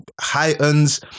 heightens